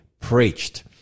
preached